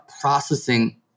processing